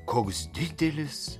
koks didelis